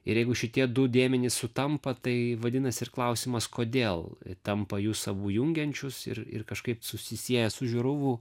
ir jeigu šitie du dėmenys sutampa tai vadinasi ir klausimas kodėl tampa jus abu jungiančius ir ir kažkaip susisieja su žiūrovu